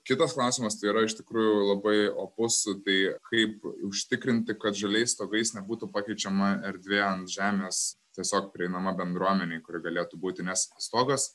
kitas klausimas tai yra iš tikrųjų labai opus tai kaip užtikrinti kad žaliais stogais nebūtų pakeičiama erdvė ant žemės tiesiog prieinama bendruomenei kuri galėtų būti nes stogas